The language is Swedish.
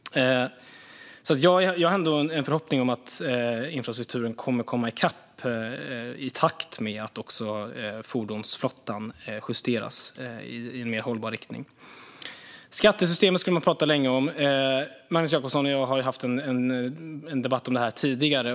Jag har ändå en förhoppning om att infrastrukturen kommer i kapp, i takt med att fordonsflottan justeras i en mer hållbar riktning. Skattesystemet kan man prata länge om. Magnus Jacobsson och jag har ju haft en debatt om detta tidigare.